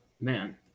man